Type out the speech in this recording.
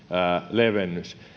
levennys